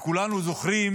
כולנו זוכרים